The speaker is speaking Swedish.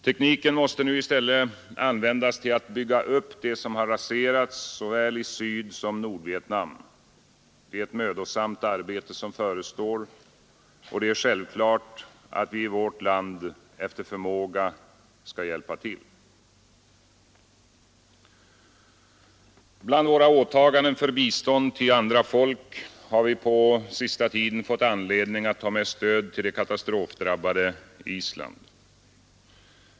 Tekniken måste nu i stället användas till att bygga upp det som raserats i såväl Sydsom Nordvietnam. Det är ett mödosamt arbete som förestår. Det är självklart att vi i vårt land efter förmåga skall hjälpa till. Bland våra åtaganden för bistånd till andra folk har vi på den senaste tiden fått anledning att ta med stöd till det katastrofdrabbade Island.